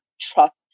trust